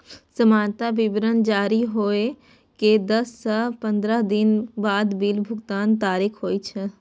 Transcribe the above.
सामान्यतः विवरण जारी होइ के दस सं पंद्रह दिन बाद बिल भुगतानक तारीख होइ छै